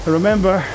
remember